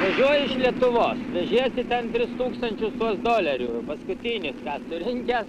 važiuoji iš lietuvos vežiesi ten tris tūkstančius tuos dolerių paskutinius ką surinkęs